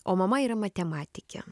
o mama yra matematikė